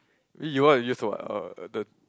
eh you what you used what uh the